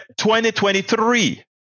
2023